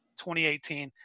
2018